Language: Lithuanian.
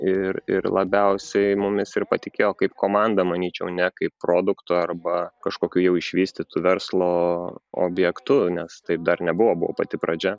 ir ir labiausiai mumis ir patikėjo kaip komanda manyčiau ne kaip produkto arba kažkokiu jau išvystytu verslo objektu nes taip dar nebuvo buvo pati pradžia